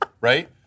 right